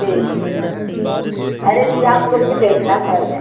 देखेंगे अरे जी आप लोग के देखना पड़ गया